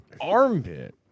Armpit